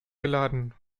geladen